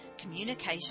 communication